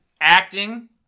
Acting